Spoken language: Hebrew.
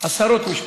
עשרות משפחות.